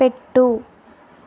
పెట్టు